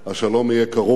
השלום יהיה קרוב יותר.